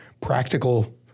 practical